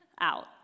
out